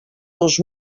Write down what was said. dos